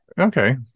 Okay